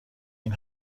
این